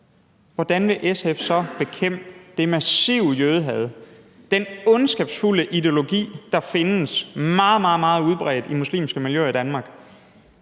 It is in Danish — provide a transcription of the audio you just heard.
hvordan vil SF så bekæmpe det massive jødehad og den ondskabsfulde ideologi, der findes meget, meget udbredt i muslimske miljøer i Danmark?